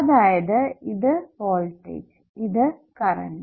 അതായത് ഇത് വോൾടേജ് ഇത് കറണ്ട്